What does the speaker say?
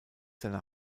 seine